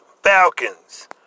Falcons